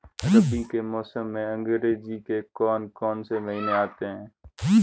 रबी के मौसम में अंग्रेज़ी के कौन कौनसे महीने आते हैं?